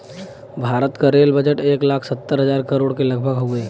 भारत क rail budget एक लाख सत्तर हज़ार करोड़ के लगभग हउवे